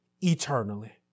eternally